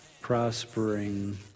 prospering